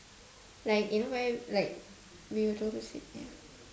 like you know where like we were told to sit yeah